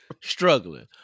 struggling